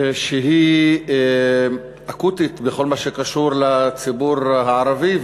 שהיא אקוטית בכל מה שקשור לציבור הערבי,